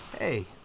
Hey